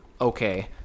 okay